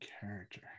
character